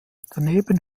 daneben